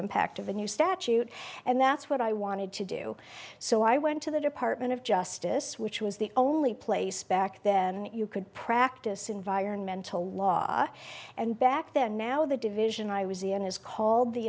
impact of a new statute and that's what i wanted to do so i went to the department of justice which was the only place back then you could practice environmental law and back then now the division i was ian is called the